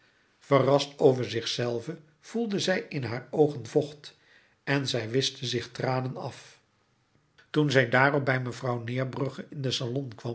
verrast over zichzelve voelde zij in haar oogen vocht en zij wischte zich tranen af toen zij daarop bij mevrouw